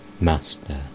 Master